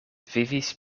vivis